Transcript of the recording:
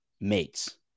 mates